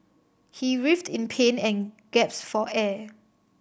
he writhed in pain and for air